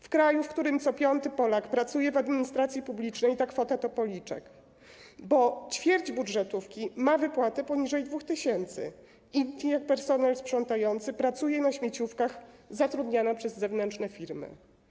W kraju, w którym co piąty Polak pracuje w administracji publicznej, ta kwota to policzek, bo ćwierć budżetówki ma wypłaty poniżej 2 tys. Inni, jak personel sprzątający, pracują na śmieciówkach, zatrudniani przez zewnętrzne firmy.